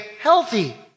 healthy